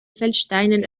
feldsteinen